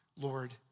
Lord